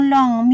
Long